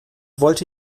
wollte